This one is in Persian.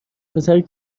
پسری